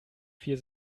vier